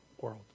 world